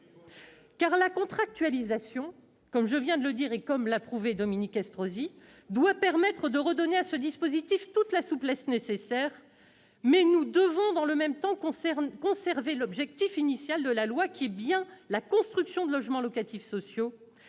! La contractualisation, comme je l'ai souligné et comme l'a montré Dominique Estrosi Sassone, doit permettre de redonner à ce dispositif toute la souplesse nécessaire, mais nous devons dans le même temps conserver l'objectif initial de la loi, qui est bien la construction de logements locatifs sociaux